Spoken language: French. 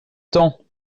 tant